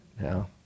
now